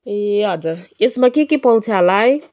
ए हजुर यसमा के के पाउँछ होला है